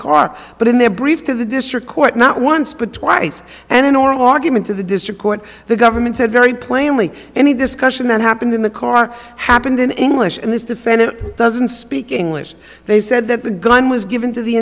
car but in their brief to the district court not once but twice and in oral argument to the district court the government said very plainly any discussion that happened in the car happened in english and this defendant doesn't speak english they said that the gun was given to the